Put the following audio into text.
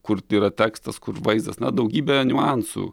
kur yra tekstas kur vaizdas na daugybė niuansų